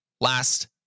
last